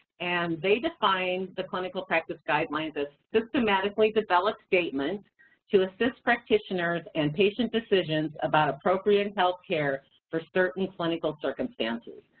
and they define the clinical practice guidelines as systematically developed statements to assist practitioner and patient decisions about appropriate health care for certain clinical circumstances.